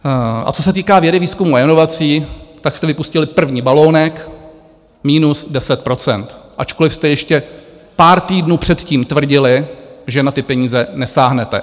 A co se týká vědy, výzkumu a inovací, tak jste vypustili první balonek, minus 10 %, ačkoliv jste ještě pár týdnů předtím tvrdili, že na ty peníze nesáhnete.